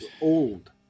old